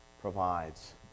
provides